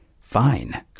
Fine